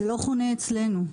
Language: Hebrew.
זה לא חונה אצלנו.